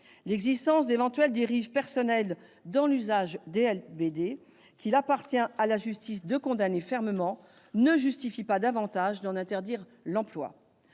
L'existence d'éventuelles dérives personnelles dans l'usage des LBD, qu'il appartient à la justice de condamner fermement, ne justifie pas davantage d'interdire l'emploi